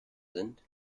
sind